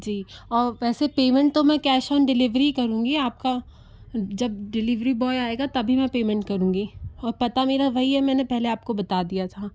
जी और वैसे पेमेंट तो मैं कैश ऑन डिलीवरी ही करूँगी आप का जब डिलीवरी बॉय आएगा तभी मैं पेमेंट करूँगी और पता मेरा वही है मैंने पहले आप को बता दिया था